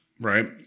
Right